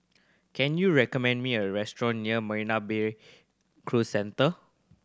can you recommend me a restaurant near Marina Bay Cruise Centre